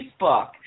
Facebook